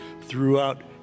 throughout